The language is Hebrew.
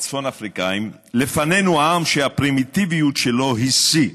הצפון-אפריקנים, "עם שהפרימיטיביות שלו היא שיא".